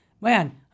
man